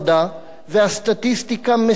והסטטיסטיקה מסלפת.